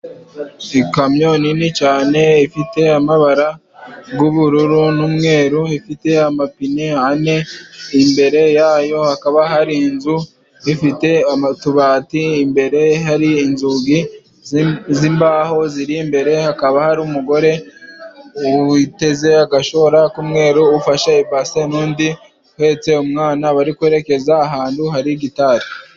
Ikamyo nini cyane ifite amabara y'ubururu n'umweru ifite amapine ane imbere yayo hakaba hari inzu ifite utubati imbere hari inzugi z'imbaho ziri imbere hakaba hari umugore witeze agashora k'umweru ufashe i base n'undi uhetse umwana bari kwerekeza ahantu hari gitari.